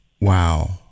wow